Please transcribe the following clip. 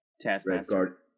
Taskmaster